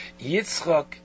Yitzchak